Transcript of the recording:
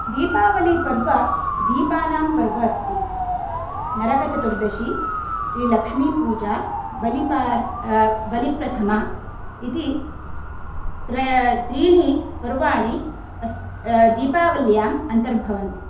दीपावलीपर्वः दीपानां पर्वः अस्ति नरकचतुर्दशी श्रीलक्ष्मीपूजा बलिपार् बलिप्रथमा इति त्रय त्रीणि पर्वाणि अस् दीपावल्याम् अन्तर्भवन्ति